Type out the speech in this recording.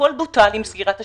הכל בוטל עם סגירת השמיים.